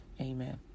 Amen